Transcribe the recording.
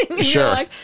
sure